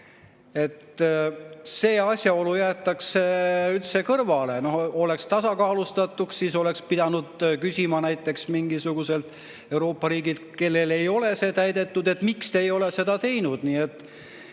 See asjaolu jäetakse üldse kõrvale. Oleks tasakaalustatus, siis oleks pidanud küsima näiteks mingisuguselt Euroopa riigilt, kellel ei ole see [nõue] täidetud, miks te ei ole seda teinud. Nii et